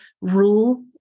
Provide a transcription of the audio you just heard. rule